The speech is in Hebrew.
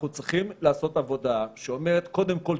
אנחנו צריכים לעשות עבודה שאומרת: קודם כול,